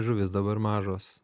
žuvys dabar mažos